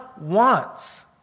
wants